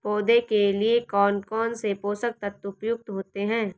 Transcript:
पौधे के लिए कौन कौन से पोषक तत्व उपयुक्त होते हैं?